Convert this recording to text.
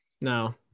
no